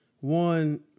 one